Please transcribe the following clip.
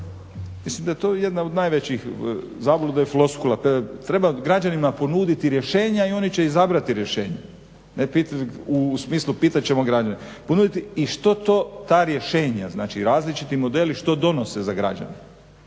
Mislim da je to jedna od najvećih zabluda i floskula, treba građanima ponuditi rješenja i oni će izabrati rješenje, ne u smislu pitat ćemo građane. I što to ta rješenja, znači različiti modeli što donose za građane